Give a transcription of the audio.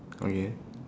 okay